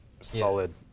solid